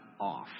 off